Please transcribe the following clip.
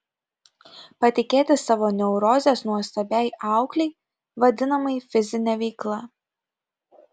patikėti savo neurozes nuostabiai auklei vadinamai fizine veikla